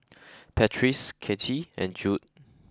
Patrice Katy and Jude